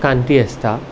कांती आसता